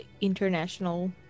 international